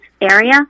area